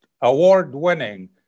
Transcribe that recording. award-winning